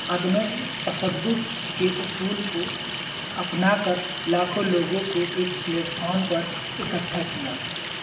عدم تشدد کے اصول کو اپنا کر لاکھوں لوگوں کو ایک پلیٹفارام پر اکٹھا کیا